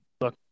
look